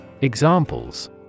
Examples